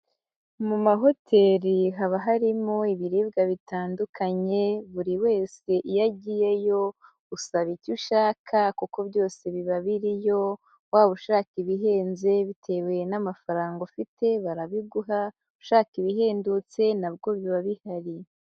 Mu mahoteli haba harimo ibiribwa bitandukanye, buri wese iyo agiyeyo, usaba icyo ushaka kuko byose biba biriyo, waba ushaka ibihenze bitewe n'amafaranga ufite barabiguha, ushaka ibihendutse nabwo biba bihari.